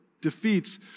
defeats